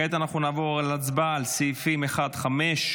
כעת נעבור להצבעה על סעיפים 1 5,